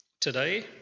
today